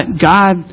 God